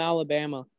Alabama